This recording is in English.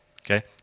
Okay